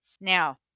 Now